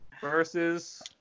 Versus